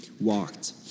walked